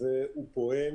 והוא פועל